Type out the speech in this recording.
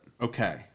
Okay